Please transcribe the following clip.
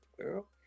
girl